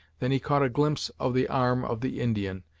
than he caught a glimpse of the arm of the indian,